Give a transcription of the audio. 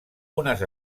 unes